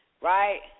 Right